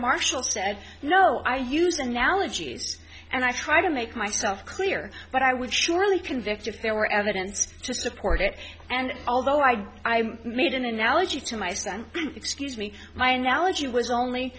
marshall said no i use analogies and i try to make myself clear but i would surely convict if there were evidence to support it and although i i made an analogy to my son excuse me my analogy was only